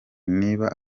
niba